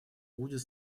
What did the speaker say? будет